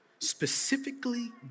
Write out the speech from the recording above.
specifically